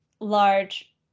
large